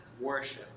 worship